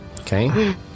Okay